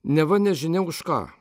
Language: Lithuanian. neva nežinia už ką